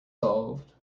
solved